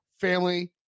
family